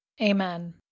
Amen